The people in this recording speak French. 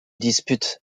dispute